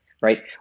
Right